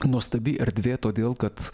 nuostabi erdvė todėl kad